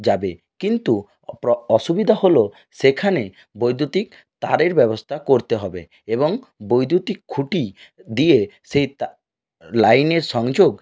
যাবে কিন্তু অসুবিধা হলো সেখানে বৈদ্যুতিক তারের ব্যবস্থা করতে হবে এবং বৈদ্যুতিক খুঁটি দিয়ে সেই তার লাইনের সংযোগ